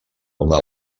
una